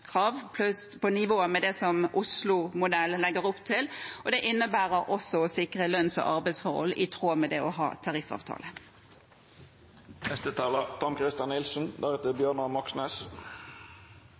på nivå med det Oslomodellen legger opp til. Det innebærer også å sikre lønns- og arbeidsforhold i tråd med det å ha tariffavtale.